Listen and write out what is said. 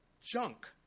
junk